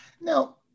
Now